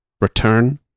Return